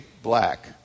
black